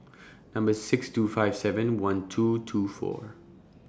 Number six two five seven one two two four